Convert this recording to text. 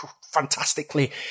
fantastically